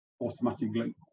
automatically